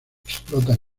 explotan